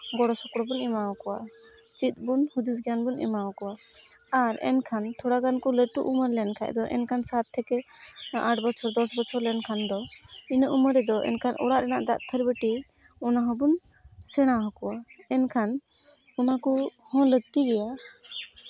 ᱜᱚᱲᱚ ᱥᱚᱯᱚᱦᱚᱫ ᱵᱚᱱ ᱮᱢᱟ ᱠᱚᱣᱟ ᱪᱮᱫ ᱵᱚᱱ ᱦᱩᱫᱤᱥ ᱜᱮᱭᱟᱱ ᱵᱚᱱ ᱮᱢᱟ ᱠᱚᱣᱟ ᱟᱨ ᱮᱱᱠᱷᱟᱱ ᱛᱷᱚᱲᱟ ᱜᱟᱱ ᱠᱚ ᱞᱟᱹᱴᱩᱜ ᱮᱢᱟᱱ ᱞᱮᱱᱠᱷᱟᱱ ᱫᱚ ᱮᱱᱠᱷᱟᱱ ᱥᱟᱛ ᱛᱷᱮᱠᱮ ᱟᱴ ᱵᱚᱪᱷᱚᱨ ᱫᱚᱥ ᱵᱚᱪᱷᱚᱨ ᱞᱮᱱᱠᱷᱟᱱ ᱫᱚ ᱤᱱᱟᱹ ᱩᱢᱮᱨ ᱨᱮᱫᱚ ᱮᱱᱠᱷᱟᱱ ᱚᱲᱟᱜ ᱨᱮᱱᱟᱜ ᱫᱟᱜ ᱛᱷᱟᱹᱨᱤ ᱵᱟᱹᱴᱤ ᱚᱱᱟ ᱦᱚᱸᱵᱚᱱ ᱥᱮᱲᱟ ᱟᱠᱚᱣᱟ ᱮᱱᱠᱷᱟᱱ ᱚᱱᱠᱟ ᱠᱚᱦᱚᱸ ᱞᱟᱹᱠᱛᱤ ᱜᱮᱭᱟ